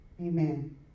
Amen